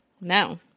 No